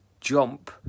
jump